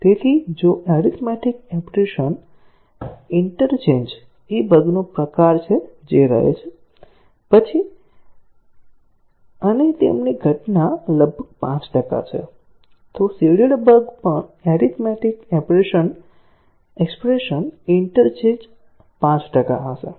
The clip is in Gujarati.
તેથી જો એરીથમેટીક એક્ષ્પ્રેશન ઇન્ટરચેન્જ એ બગનો એક પ્રકાર છે જે રહે છે પછી અને તેમની ઘટના લગભગ 5 ટકા છે તો સીડેડ બગ પણ એરીથમેટીક એક્ષ્પ્રેશન ઇન્ટરચેન્જ 5 ટકા હશે